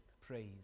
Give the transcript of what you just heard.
praise